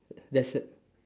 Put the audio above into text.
there's a